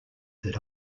that